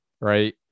right